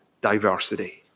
diversity